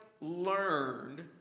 learned